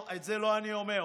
את זה לא אני אומר,